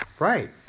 right